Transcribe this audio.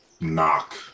knock